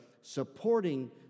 supporting